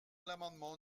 l’amendement